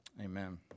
Amen